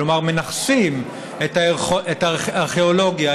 כלומר מנכסים את הארכיאולוגיה,